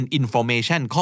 information